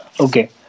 Okay